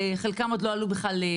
חלקם עוד לא עלו לאוויר,